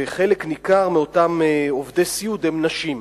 וחלק ניכר מאותם עובדי הסיעוד הם נשים.